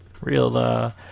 Real